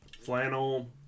flannel